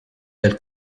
del